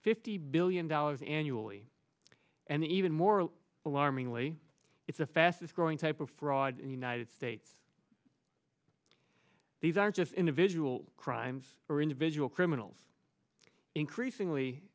fifty billion dollars annually and even more alarmingly it's the fastest growing type of fraud in united states these aren't just individual crimes or individual criminals increasingly